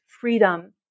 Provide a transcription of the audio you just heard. freedom